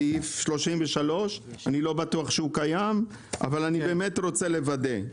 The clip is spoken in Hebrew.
בסעיף 33. אני לא בטוח שהוא קיים אבל אני רוצה לוודא: